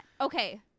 Okay